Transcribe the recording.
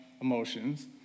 emotions